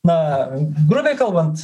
na grubiai kalbant